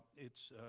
it's,